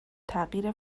تغییر